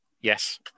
yes